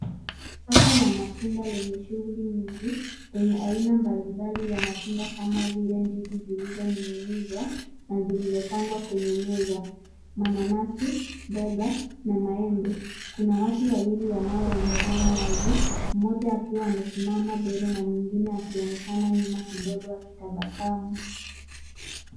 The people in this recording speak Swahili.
Soko la matunda lenye shughuli nyingi, lenye aina mbalimbali za matunda kama vile ndizi zilizoning'inizwa na zilizopangwa kwenye meza; mananasi, mboga na maembe. Kuna watu wawili wanaoonekana wazi, mmoja akiwa amesimama mbele na mwingine akionekana nyuma kidogo akitabasamu.